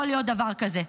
יכול להיות דבר כזה,